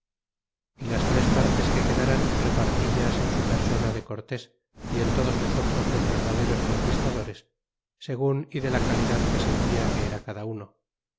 y lag tres partes que quedaran repartillas en su persona de cortes y en todos nosotros los verdaderos conquistadores segun y de la calidad que sentia que era cada uno